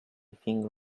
think